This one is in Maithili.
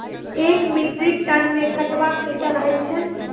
एक मीट्रिक टन मे कतवा क्वींटल हैत छै?